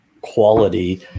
quality